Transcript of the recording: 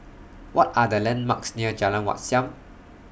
What Are The landmarks near Jalan Wat Siam